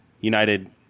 United